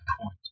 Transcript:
point